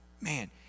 Man